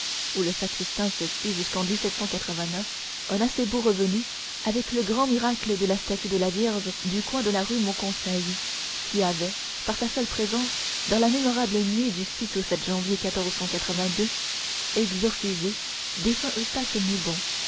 où le sacristain se fit jusqu'en un assez beau revenu avec le grand miracle de la statue de la vierge du coin de la rue mauconseil qui avait par sa seule présence dans la mémorable nuit du au janvier exorcisé défunt eustache moubon